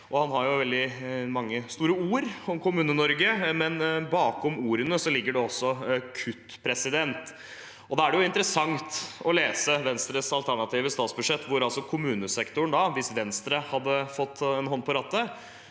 Han har veldig mange store ord om Kommune-Norge, men bakom ordene ligger det også kutt. Da er det interessant å lese Venstres alternative statsbudsjett, hvor kommunesektoren, hvis Venstre hadde fått en hånd på rattet,